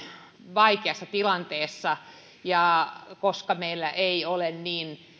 vaikeassa tilanteessa koska meillä ei ole niin